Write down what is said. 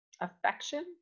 affection